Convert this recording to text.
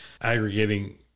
aggregating